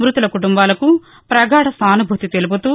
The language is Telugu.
మృతుల కుటుంబాలకు ప్రగాధ సానుభూతి తెలుపుతూ